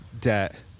debt